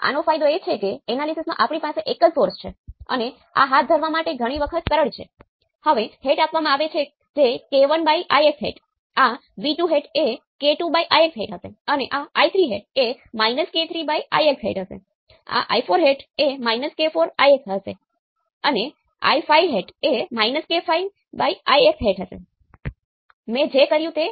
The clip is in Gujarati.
તેના બદલે આપણે વર્ચ્યુઅલ પર દાખલ કરવામાં આવતો કુલ સ્વતંત્ર વિદ્યુત પ્રવાહ સ્ત્રોત છે જે 0 છે